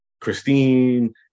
Christine